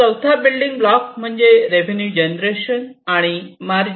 चौथा building block म्हणजे revenue generation आणि आणि मार्जिन